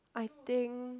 I think